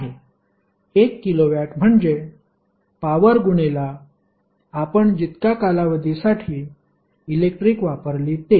1 kilowatt म्हणजे power गुणेला आपण जितका कालावधीसाठी इलेक्ट्रिक वापरली ते